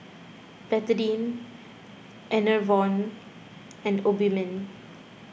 Betadine Enervon and Obimin